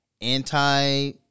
anti